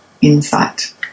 insight